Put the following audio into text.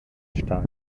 stark